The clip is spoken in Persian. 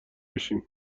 بشم